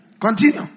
Continue